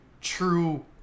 true